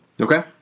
Okay